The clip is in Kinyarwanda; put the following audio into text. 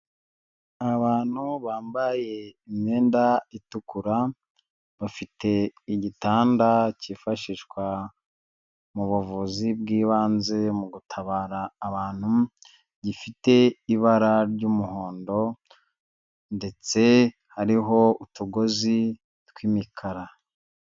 Abantu bambaye imyenda itukura, bafite igitanda cyifashishwa mu buvuzi bw'ibanze mu gutabara abantu, gifite ibara ry'umuhondo ndetse hariho utugozi tw'imikara.